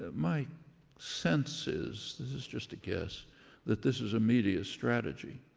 my sense is this is just a guess that this is a media strategy,